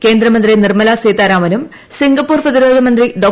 കേന്ദ്രമന്ത്രി നിർമ്മപ്പൂ സീതാരാമനും സിംഗപ്പൂർ പ്രതിരോധമന്ത്രി ഡോ